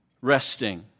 resting